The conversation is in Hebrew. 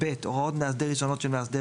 "(ב) הוראות מאסדר ראשונות של מאסדר